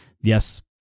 Yes